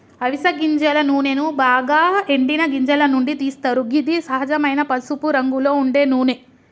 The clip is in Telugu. అవిస గింజల నూనెను బాగ ఎండిన గింజల నుండి తీస్తరు గిది సహజమైన పసుపురంగులో ఉండే నూనె